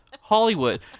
hollywood